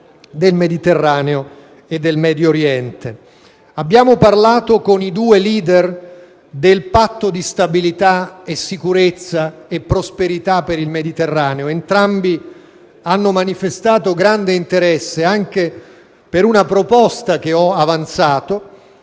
del Mediterraneo e del Medio Oriente. Con i due leader abbiamo poi parlato del patto di stabilità, sicurezza e prosperità per il Mediterraneo. Entrambi hanno manifestato grande interesse anche per una proposta che ho avanzato,